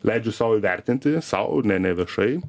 leidžiu sau įvertinti sau ne ne viešai